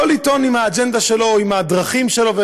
כל עיתון עם האג'נדה שלו, עם הדרכים שלו.